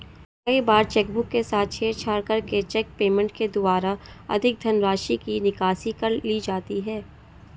कई बार चेकबुक के साथ छेड़छाड़ करके चेक पेमेंट के द्वारा अधिक धनराशि की निकासी कर ली जाती है